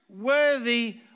worthy